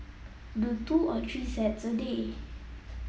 do two or three sets a day